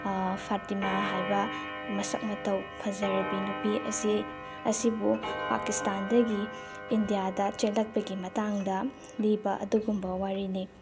ꯐꯇꯤꯃꯥ ꯍꯥꯏꯕ ꯃꯁꯛ ꯃꯇꯧ ꯐꯖꯔꯕꯤ ꯅꯨꯄꯤ ꯑꯁꯤ ꯑꯁꯤꯕꯨ ꯄꯥꯀꯤꯁꯇꯥꯟꯗꯒꯤ ꯏꯟꯗꯤꯌꯥꯗ ꯆꯦꯜꯂꯛꯄꯒꯤ ꯃꯇꯥꯡꯗ ꯂꯤꯕ ꯑꯗꯨꯒꯨꯝꯕ ꯋꯥꯔꯤꯅꯤ